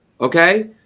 okay